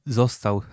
został